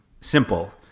simple